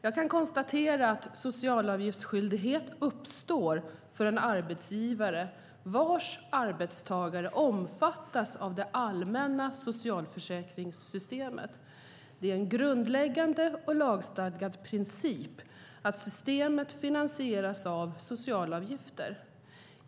Jag kan konstatera att socialavgiftsskyldighet uppstår för en arbetsgivare vars arbetstagare omfattas av det allmänna socialförsäkringssystemet. Det är en grundläggande och lagstadgad princip att systemet finansieras av socialavgifter.